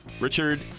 Richard